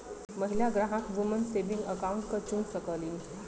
महिला ग्राहक woman saving account क चुन सकलीन